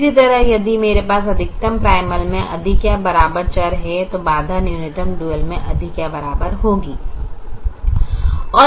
इसी तरह यदि मेरे पास अधिकतम प्राइमल में अधिक या बराबर चर है तो बाधा न्यूनतम डुअल में अधिक या बराबर होगी